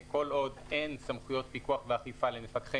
כל עוד אין סמכויות פיקוח ואכיפה למפקחי